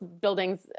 buildings